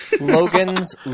Logan's